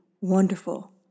wonderful